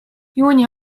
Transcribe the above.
juuni